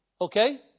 Okay